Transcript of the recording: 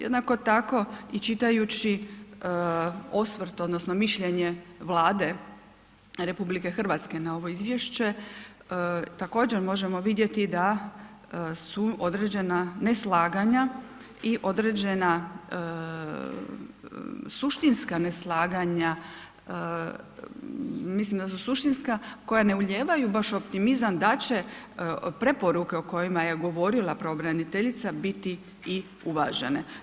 Jednako tako i čitajući osvrt odnosno mišljenje Vlade RH na ovo izvješće, također možemo vidjeti da su određena neslaganja i određena suštinska neslaganja, mislim da su suštinska, koja ne ulijevaju baš optimizam da će preporuke o kojima je govorila pravobraniteljica biti i uvažene.